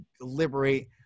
liberate